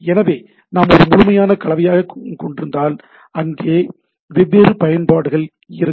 எனவே நாம் ஒரு முழுமையான கலவையை கொண்டிருந்தால் அங்கே வெவ்வேறு பயன்பாடுகள் இருக்கும்